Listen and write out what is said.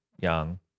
young